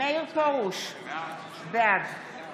מאיר פרוש, בעד